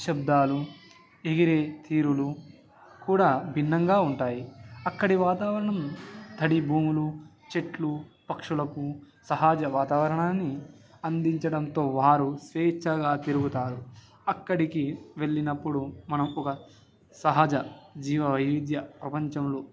శబ్దాలు ఎగిరే తీరులు కూడా భిన్నంగా ఉంటాయి అక్కడి వాతావరణం తడి భూములు చెట్లు పక్షులకు సహజ వాతావరణాన్ని అందించడంతో వారు స్వేచ్ఛగా తిరుగుతారు అక్కడికి వెళ్ళినప్పుడు మనం ఒక సహజ జీవ వైవిధ్య ప్రపంచంలో